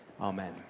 Amen